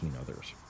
others